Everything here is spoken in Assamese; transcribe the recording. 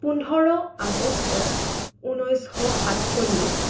পোন্ধৰ আগষ্ট ঊনৈছশ সাতছল্লিছ